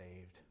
saved